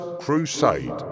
Crusade